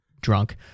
drunk